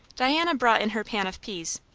diana brought in her pan of peas.